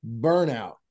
burnout